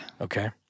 Okay